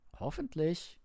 Hoffentlich